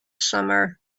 summer